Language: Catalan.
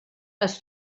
les